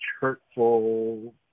hurtful